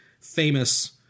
famous